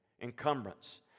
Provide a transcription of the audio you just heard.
encumbrance